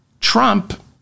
Trump